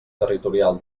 territorial